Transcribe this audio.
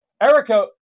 Erica